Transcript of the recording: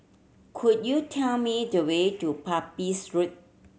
could you tell me the way to Pepys Road